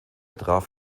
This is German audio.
traf